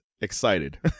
excited